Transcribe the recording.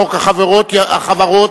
"חוק החברות",